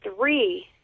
three